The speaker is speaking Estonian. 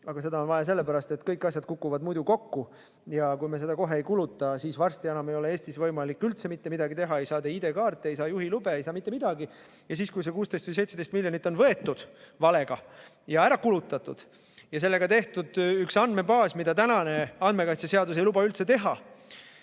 aga seda on vaja sellepärast, et kõik asjad kukuvad muidu kokku ja kui me seda kohe ei kuluta, siis varsti enam ei ole Eestis võimalik üldse mitte midagi teha, ei saa te ID‑kaarte, ei saa juhilube, ei saa mitte midagi." Ja siis, kui see 16 või 17 miljonit on valega võetud ja ära kulutatud, tehakse sellega üks andmebaas, mida tänane andmekaitseseadus ei luba üldse teha.